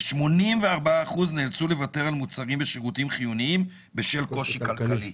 ו-84% נאלצו לוותר על מוצרים ושירותים חיוניים בשל קושי כלכלי.